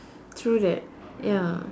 true that ya